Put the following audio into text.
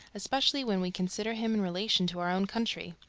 especially when we consider him in relation to our own country.